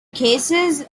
cases